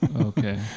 Okay